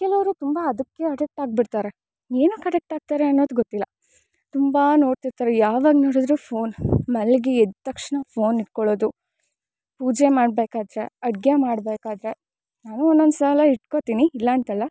ಕೆಲವರು ತುಂಬ ಅದಕ್ಕೆ ಅಡಿಕ್ಟ್ ಆಗಿ ಬಿಡ್ತಾರೆ ಏನಕ್ಕೆ ಅಡಿಕ್ಟ್ ಆಗ್ತಾರೆ ಅನ್ನೊದು ಗೊತ್ತಿಲ್ಲ ತುಂಬ ನೋಡ್ತಿರ್ತರೆ ಯಾವಾಗ ನೋಡಿದರು ಫೋನ್ ಮಲಗಿ ಎದ್ದ ತಕ್ಷಣ ಫೋನ್ ಹಿಡ್ಕೊಳೋದು ಪೂಜೆ ಮಾಡಬೇಕಾದ್ರೆ ಅಡುಗೆ ಮಾಡಬೇಕಾದ್ರೆ ನಾವು ಒನೊನ್ಸಲ ಇಟ್ಕೊತಿನಿ ಇಲ್ಲ ಅಂತಲ್ಲ